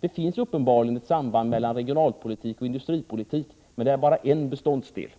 Det finns uppenbarligen ett samband mellan regionalpolitik och industripolitik, men det gäller bara en beståndsdel.